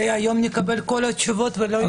היום נקבל את כל התשובות ולא יהיה צורך.